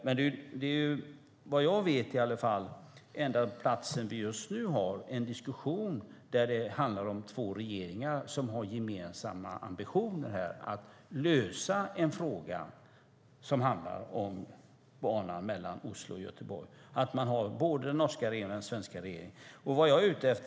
Men banan mellan Oslo och Göteborg är vad jag vet just nu den enda fråga där den norska regeringen och den svenska regeringen för en diskussion med gemensamma ambitioner till en lösning.